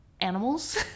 animals